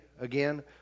again